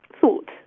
thought